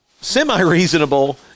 semi-reasonable